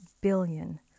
billion